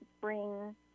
bring